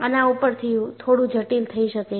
આના ઉપરથી થોડુ જટિલ થઈ શકે છે